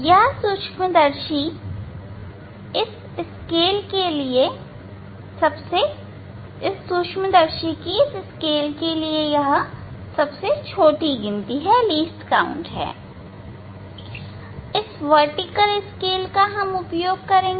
यह सूक्ष्मदर्शी के इस स्केल के लिए सबसे छोटी गिनती है इस वर्टिकल स्केल का हम उपयोग करेंगे